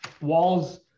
Walls